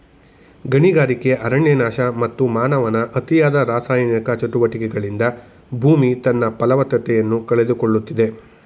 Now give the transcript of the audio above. ಗಣಿಗಾರಿಕೆ, ಅರಣ್ಯನಾಶ, ಮತ್ತು ಮಾನವನ ಅತಿಯಾದ ರಾಸಾಯನಿಕ ಚಟುವಟಿಕೆಗಳಿಂದ ಭೂಮಿ ತನ್ನ ಫಲವತ್ತತೆಯನ್ನು ಕಳೆದುಕೊಳ್ಳುತ್ತಿದೆ